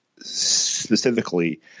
specifically